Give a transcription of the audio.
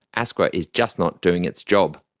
asqa is just not doing its job.